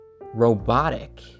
robotic